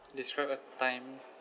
describe a time